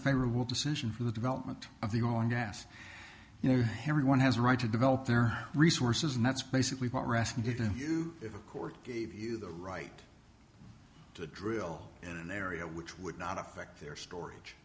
favorable decision for the development of the oil and gas you know everyone has a right to develop their resources and that's basically what we're asking didn't you if a court gave you the right to drill in an area which would not affect their storage